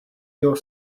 your